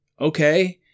okay